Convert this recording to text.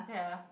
ya